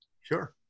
Sure